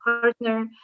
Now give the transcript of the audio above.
partner